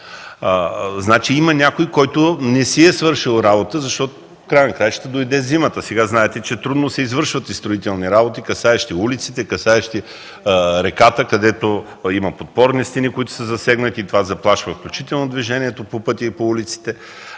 Значи има някой, който не си е свършил работата, защото в края на краищата дойде зимата, а знаете, че сега трудно се извършват строителни работи, касаещи улиците, касаещи реката, където има засегнати подпорни стени и това заплашва включително движението по пътя и по улиците.